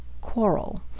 Quarrel